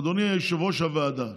אדוני יושב-ראש הוועדה,